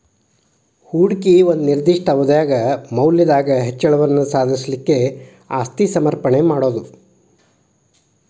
ಹೂಡಿಕಿ ಒಂದ ನಿರ್ದಿಷ್ಟ ಅವಧ್ಯಾಗ್ ಮೌಲ್ಯದಾಗ್ ಹೆಚ್ಚಳವನ್ನ ಸಾಧಿಸ್ಲಿಕ್ಕೆ ಆಸ್ತಿ ಸಮರ್ಪಣೆ ಮಾಡೊದು